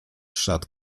szat